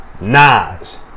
Nas